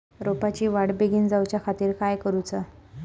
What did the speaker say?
रोपाची वाढ बिगीन जाऊच्या खातीर काय करुचा?